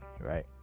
right